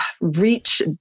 reach